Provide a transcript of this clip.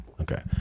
Okay